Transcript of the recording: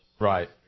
Right